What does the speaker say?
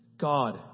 God